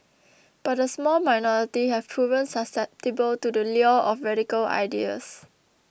but a small minority have proven susceptible to the lure of radical ideas